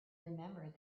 remembered